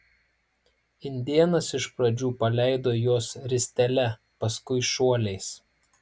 indėnas iš pradžių paleido juos ristele paskui šuoliais